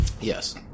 Yes